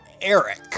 Eric